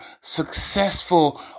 successful